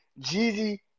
Jeezy